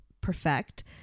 perfect